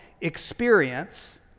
experience